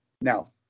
Now